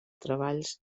treballs